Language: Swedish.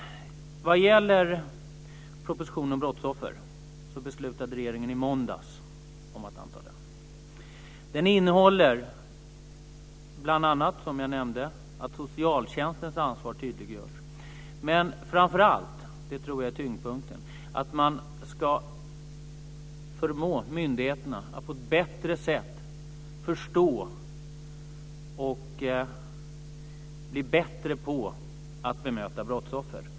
Regeringen beslutade i måndags att anta propositionen om brottsoffer. Den innebär, som jag nämnde, bl.a. att socialtjänstens ansvar tydliggörs. Men framför allt - och det tror jag är tyngdpunkten - ska man förmå myndigheterna att på ett bättre sätt förstå brottsoffer, att bli bättre på att bemöta brottsoffer.